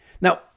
Now